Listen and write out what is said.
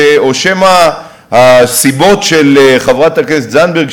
או שמא הסיבות של חברת הכנסת זנדברג,